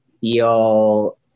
feel